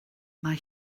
mae